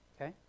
Okay